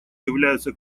являются